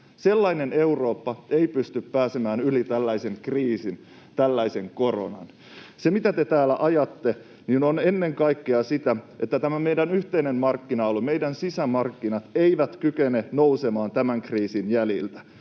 Sellainen Eurooppa ei pysty pääsemään yli tällaisen kriisin, tällaisen koronan. Se, mitä te täällä ajatte, on ennen kaikkea sitä, että tämä meidän yhteinen markkina-alue, meidän sisämarkkinat, eivät kykene nousemaan tämän kriisin jäljiltä.